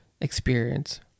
experience